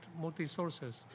multi-sources